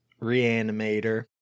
Reanimator